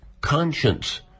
conscience